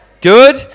Good